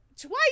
twice